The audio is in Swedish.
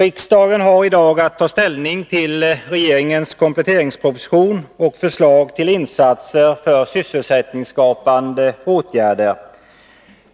Riksdagen har i dag att ta ställning till regeringens kompletteringsproposition och förslag till insatser för sysselsättningsskapande åtgärder.